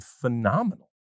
phenomenal